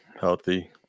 healthy